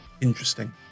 Interesting